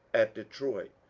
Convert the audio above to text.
at detroit,